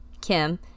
Kim